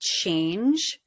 change